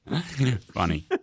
Funny